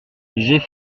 j’ai